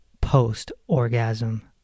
post-orgasm